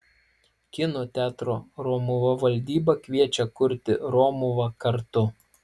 kino teatro romuva valdyba kviečia kurti romuvą kartu